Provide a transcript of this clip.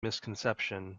misconception